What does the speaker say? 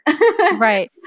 Right